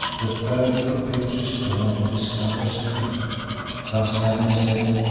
the third propitious dawn discovers crete thus having said,